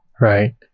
right